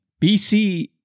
BC